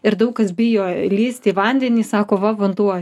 ir daug kas bijo lįst į vandenį sako va vanduo